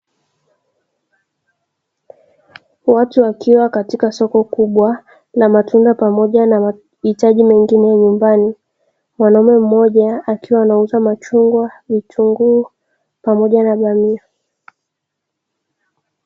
Watu wakiwa katika soko kubwa la matunda pamoja na mahitaji mengine ya nyumbani, mwanaume mmoja akiwa anauza machungwa, vitunguu, pamoja na bamia.